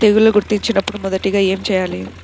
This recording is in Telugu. తెగుళ్లు గుర్తించినపుడు మొదటిగా ఏమి చేయాలి?